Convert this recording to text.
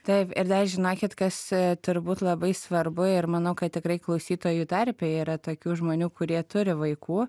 taip ir dar žinokit kas turbūt labai svarbu ir manau kad tikrai klausytojų tarpe yra tokių žmonių kurie turi vaikų